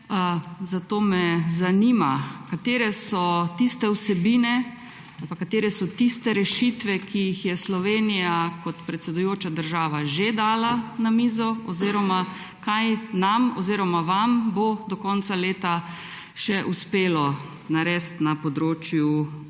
Zato me zanima: Katere so tiste vsebine ali katere so tiste rešitve, ki jih je Slovenija kot predsedujoča država že dala na mizo oziroma kaj vam bo do konca leta še uspelo narediti na področju okolja?